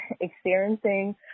experiencing